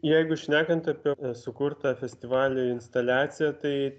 jeigu šnekant apie sukurtą festivalio instaliaciją tai